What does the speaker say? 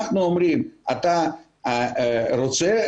אנחנו אומרים 'אתה רוצה',